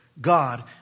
God